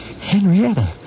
Henrietta